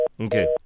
Okay